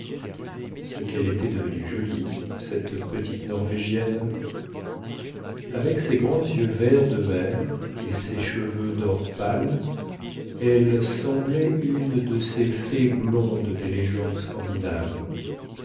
ce quelle était devenue jolie cette petite norvégienne avec ses grands yeux verts de mer et ses cheveux dor pâle elle semblait une de ces fées blondes des légendes scandinaves